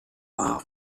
are